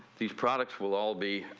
these prducts will all be.